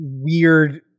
weird